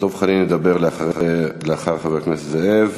דב חנין ידבר לאחר חבר הכנסת זאב,